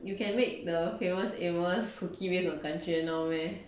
you can make the famous amos cookies based on 感觉 now meh